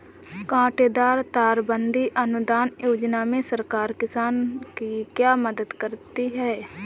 कांटेदार तार बंदी अनुदान योजना में सरकार किसान की क्या मदद करती है?